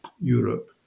Europe